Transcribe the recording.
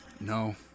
No